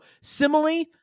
simile